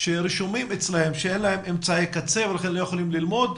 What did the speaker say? שרשומים אצלם ואין להם אמצעי קצה ולכן הם לא יכולים ללמוד.